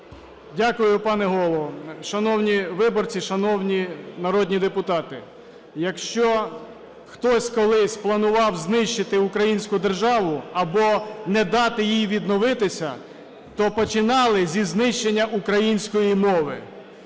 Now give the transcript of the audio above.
Дякую, пане Голово. Шановні виборці, шановні народні депутати, якщо хтось колись планував знищити українську державу або не дати їй відновитися, то починали зі знищення української мови.